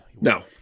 No